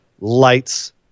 lights